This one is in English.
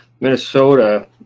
Minnesota